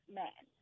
man